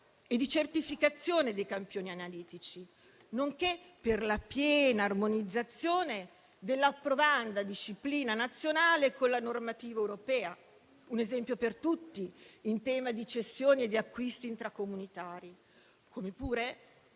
e di certificazione dei campioni analitici, nonché per la piena armonizzazione dell'approvanda disciplina nazionale con la normativa europea: un esempio per tutti, in tema di cessioni e di acquisti intercomunitari, come pure